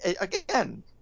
again